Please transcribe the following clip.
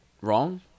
wrong